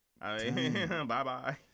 Bye-bye